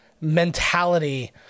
mentality